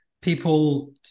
People